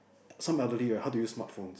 some elderly right how to use smart phones